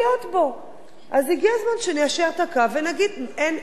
אז הגיע הזמן שניישר את הקו ונגיד: אין יותר מצב כזה.